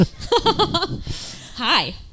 Hi